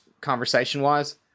conversation-wise